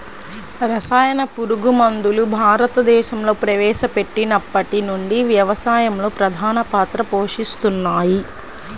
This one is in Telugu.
రసాయన పురుగుమందులు భారతదేశంలో ప్రవేశపెట్టినప్పటి నుండి వ్యవసాయంలో ప్రధాన పాత్ర పోషిస్తున్నాయి